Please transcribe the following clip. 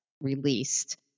released